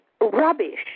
rubbish